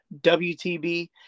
wtb